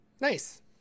Nice